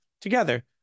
together